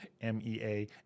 M-E-A